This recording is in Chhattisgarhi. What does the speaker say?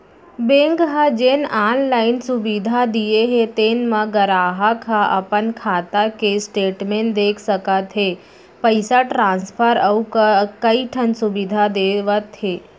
बेंक ह जेन आनलाइन सुबिधा दिये हे तेन म गराहक ह अपन खाता के स्टेटमेंट देख सकत हे, पइसा ट्रांसफर अउ कइ ठन सुबिधा देवत हे